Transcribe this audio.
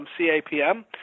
CAPM